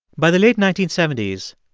by the late nineteen seventy s,